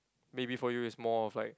maybe for you it's more of like